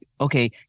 okay